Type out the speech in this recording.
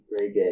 reggae